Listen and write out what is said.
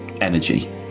energy